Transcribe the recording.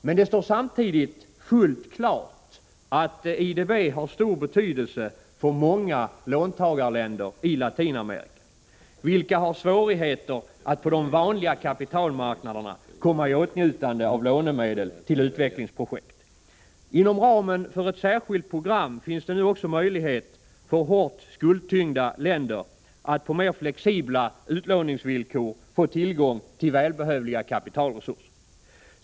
Men det står samtidigt helt klart att IDB har stor betydelse för många låntagarländer i Latinamerika, vilka har svårigheter att på de vanliga kapitalmarknaderna komma i åtnjutande av lånemedel till utvecklingsprojekt. Inom ramen för ett särskilt program finns det nu också möjlighet för hårt skuldtyngda länder att på mer flexibla utlåningsvillkor få tillgång till välbehövliga kapitalresurser.